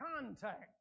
contact